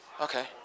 okay